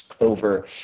over